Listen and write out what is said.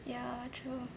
ya true